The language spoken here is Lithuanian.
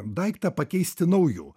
daiktą pakeisti nauju